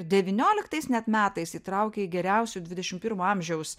devynioliktais net metais įtraukė į geriausių dvidešimt pirmo amžiaus